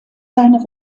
seine